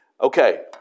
Okay